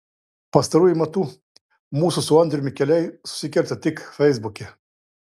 pastaruoju metu mūsų su andriumi keliai susikerta tik feisbuke